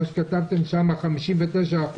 מה שכתבתם שם 59%,